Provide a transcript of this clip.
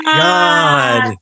god